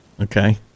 Okay